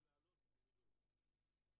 י"ג בכסלו התשע"ט,